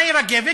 מהי "רגבת"?